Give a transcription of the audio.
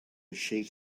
shake